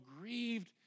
grieved